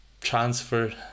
transfer